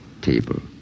Table